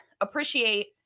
appreciate